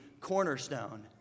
cornerstone